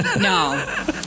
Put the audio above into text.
No